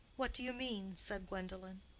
what do you mean? said gwendolen.